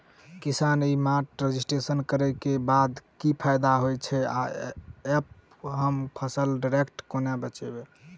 किसान e mart registration करै केँ बाद की फायदा होइ छै आ ऐप हम फसल डायरेक्ट केना बेचब?